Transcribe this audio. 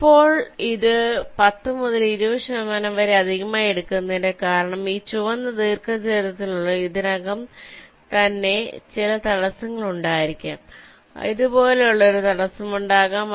ഇപ്പോൾ നിങ്ങൾ ഇത് 10 മുതൽ 20 ശതമാനം വരെ അധികമായി എടുക്കുന്നതിന്റെ കാരണം ഈ ചുവന്ന ദീർഘചതുരത്തിനുള്ളിൽ ഇതിനകം തന്നെ ചില തടസ്സങ്ങൾ ഉണ്ടായിരിക്കാം ഇതുപോലുള്ള ഒരു തടസ്സമുണ്ടാകാം